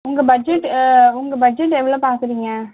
உங்கள் பட்ஜெட் உங்கள் பட்ஜெட் எவ்வளோ பார்க்குறிங்க